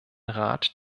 rat